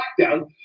lockdown